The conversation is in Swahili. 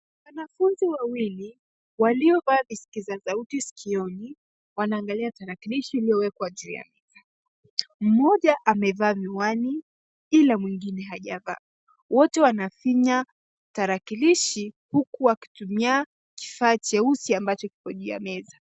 Wanafunzi wawwili waliovaa visikiza sauti skioni wanaangalia tarakilishi iliowekwa juu ya meza. Mmoja amevaa miwani ilamwengine hajavaa wote wanafinya tarakilishi huku wakitumia kifaa cheusi ambacho kiko juu ya meza.